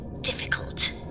difficult